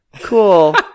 cool